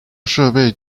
设备